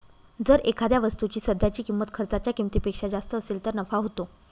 जर एखाद्या वस्तूची सध्याची किंमत खर्चाच्या किमतीपेक्षा जास्त असेल तर नफा होतो